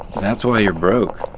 that's why you're broke,